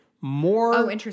More